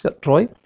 Troy